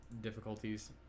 difficulties